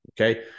okay